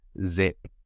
zip